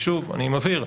ושוב אני מבהיר,